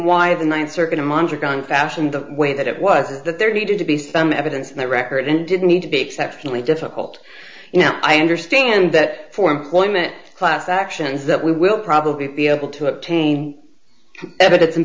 why the th circuit monitor going fashion the way that it was that there needed to be some evidence in the record and didn't need to be exceptionally difficult you know i understand that for employment class actions that we will probably be able to obtain evidence a